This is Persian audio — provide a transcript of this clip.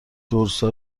درسا